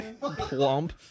plump